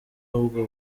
ahubwo